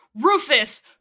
Rufus